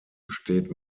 besteht